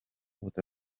with